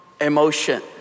emotion